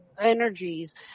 energies